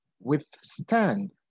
withstand